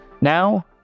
Now